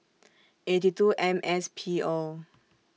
eighty two M S P O